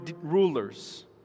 rulers